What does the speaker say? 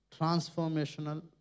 transformational